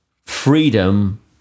freedom